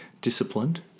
disciplined